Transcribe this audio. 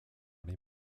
les